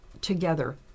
together